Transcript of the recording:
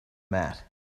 mat